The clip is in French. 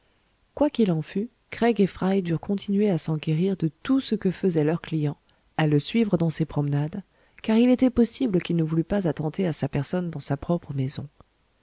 qu'il en fût craig et fry durent continuer à s'enquérir de tout ce que faisait leur client à le suivre dans ses promenades car il était possible qu'il ne voulût pas attenter à sa personne dans sa propre maison